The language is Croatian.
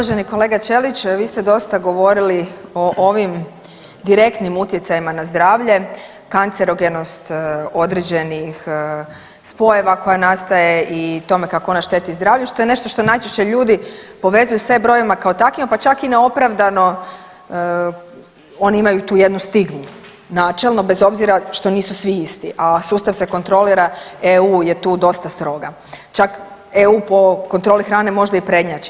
Uvaženi kolega Ćelić, vi ste dosta govorili o ovim direktnim utjecajima na zdravlje, kancerogenost određenih spojeva koja nastaje i tome kako ona šteti zdravlju, što je nešto što najčešće ljudi povezuju s E brojevima kao takvima, pa čak i neopravdano oni imaju tu jednu stigmu načelno bez obzira što nisu svi isti, a sustav se kontrolira, EU je tu dosta stroga, čak EU po kontroli hrane možda i prednjači.